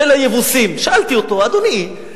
שאלתי אותו: אדוני,